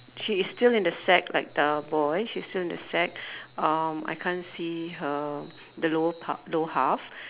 she is still in the sack like the boy she's still in the sack um I can't see her the lower part lower half